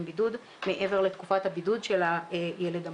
בידוד מעבר לתקופת הבידוד של הילד המחלים.